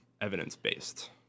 evidence-based